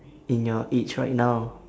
in your age right now